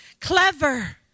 clever